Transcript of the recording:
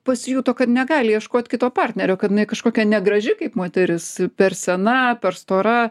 pasijuto kad negali ieškot kito partnerio kad jinai kažkokia negraži kaip moteris per sena per stora